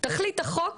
תכלית החוק